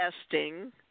testing